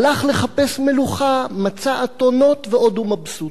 הלך לחפש מלוכה, מצא אתונות, ועוד הוא מבסוט.